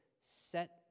set